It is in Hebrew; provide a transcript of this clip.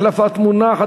החלפת מונח),